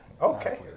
Okay